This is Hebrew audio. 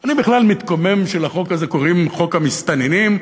אני בכלל מתקומם שלחוק הזה קוראים חוק המסתננים,